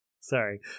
Sorry